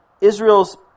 Israel's